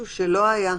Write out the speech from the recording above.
שזה באמת משהו שלא היה.